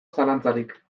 zalantzarik